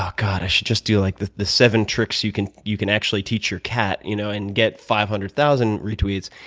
um god. i should just do like the the seven tricks you can you can actually teach your cat you know and get five hundred thousand retweets.